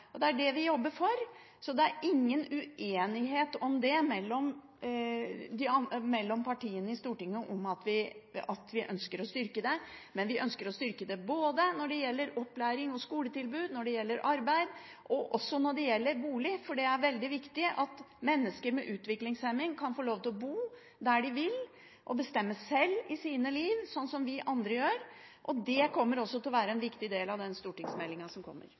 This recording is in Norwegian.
det. Det er det vi jobber for. Det er ingen uenighet mellom partiene i Stortinget om at vi ønsker å styrke det, men vi ønsker å styrke det både når det gjelder opplæring og skoletilbud, arbeid og også når det gjelder bolig, for det er veldig viktig at mennesker med utviklingshemning kan få lov til å bo der de vil og bestemme sjøl over sine liv, slik som vi andre gjør. Det kommer også til å være en viktig del av den stortingsmeldingen som kommer.